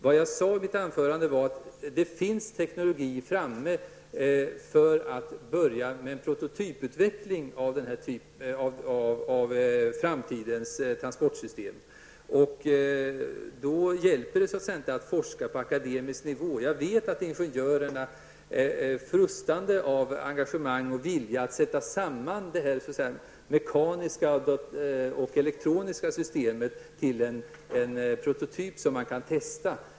Vad jag har sagt i mitt anförande är att det finns teknologi för att börja med en prototyputveckling beträffande framtidens transportsystem. Då hjälper det inte att forska på akademisk nivå. Jag vet att ingenjörerna frustar av engagemang och villiga här när det gäller att få sätta samman mekaniska och elektroniska system till en prototyp som kan testas.